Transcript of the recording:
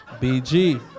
BG